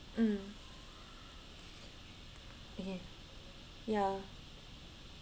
mm mmhmm ya